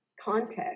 context